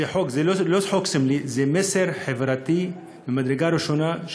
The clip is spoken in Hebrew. זה לא חוק סמלי, זה מסר חברתי ממדרגה ראשונה.